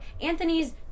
anthony's